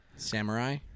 Samurai